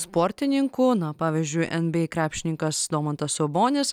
sportininkų na pavyzdžiui nba krepšininkas domantas sabonis